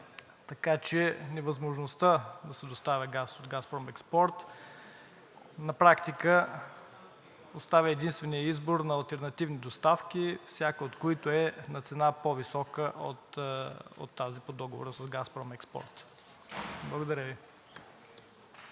Така че невъзможността да се доставя газ от „Газпром Експорт“ на практика остава единственият избор на алтернативни доставки, всяка от които е на цена, по-висока от тази по договора с „Газпром Експорт“. Благодаря Ви.